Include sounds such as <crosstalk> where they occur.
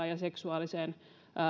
<unintelligible> ja seksuaalisen